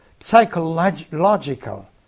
psychological